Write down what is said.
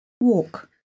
Walk